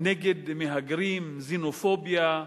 נגד מהגרים, קסנופוביה.